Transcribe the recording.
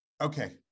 Okay